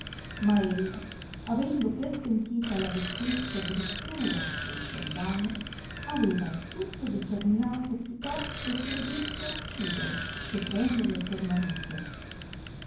ella avendo persentita la vecchiezza e bruttura del soldano aveva al tutto determinato più tosto se medesima uccidere che prenderlo per marito